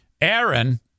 Aaron